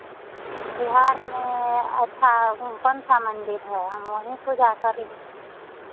बिहार में अच्छा कौन सा मंदिर है हम वहीं पूजा कर लेंगे